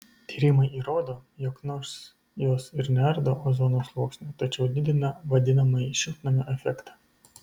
tyrimai įrodo jog nors jos ir neardo ozono sluoksnio tačiau didina vadinamąjį šiltnamio efektą